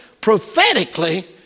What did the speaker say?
Prophetically